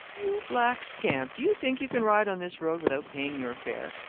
you black scamp, do you think you can ride on this road without paying your fare?